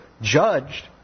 judged